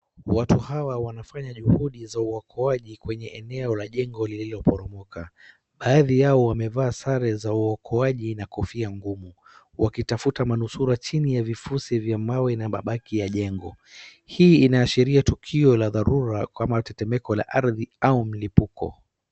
Watu hawa wanafanya juhudi za uokoaji kwenye eneo la jengo lililo poromoka. Baadhi yao wamevaa sare za uokoaji na kofia ngumu. Wakitafuta manusura chini ya vifusi vya mawe na mbaki ya jengo. Hii inaashiria tukio la dharura kama mtetemeko wa ardhi au mlipuko.